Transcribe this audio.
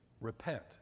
Repent